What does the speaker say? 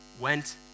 went